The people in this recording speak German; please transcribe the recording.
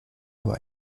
aber